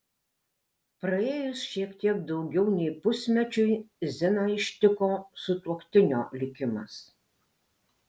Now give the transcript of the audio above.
praėjus šiek tiek daugiau nei pusmečiui ziną ištiko sutuoktinio likimas